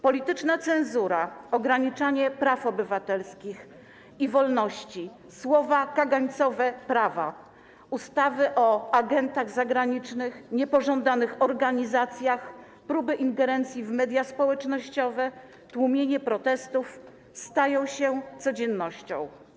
Polityczna cenzura, ograniczanie praw obywatelskich i wolności słowa, „kagańcowe” prawa - ustawy o agentach zagranicznych, niepożądanych organizacjach, próby ingerencji w media społecznościowe, tłumienie protestów stają się codziennością.